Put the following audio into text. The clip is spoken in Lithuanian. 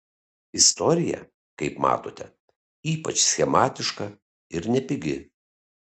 istorija kaip matote ypač schematiška ir nepigi